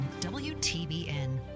WTBN